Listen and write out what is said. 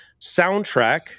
soundtrack